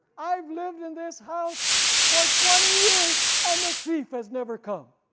i've lived in this house for twenty years and the thief has never come.